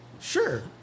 Sure